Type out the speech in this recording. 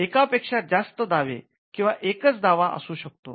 एकापेक्षा जास्त दावे किंवा एकच दावा असू शकतो